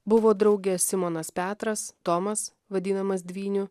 buvo drauge simonas petras tomas vadinamas dvyniu